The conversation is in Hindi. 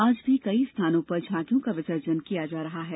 आज भी कई स्थानों पर झांकियों का विसर्जन किया जा रहा है